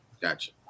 Gotcha